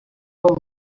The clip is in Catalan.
com